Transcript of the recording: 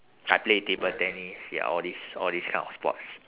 I play table tennis ya all this all this kind of sports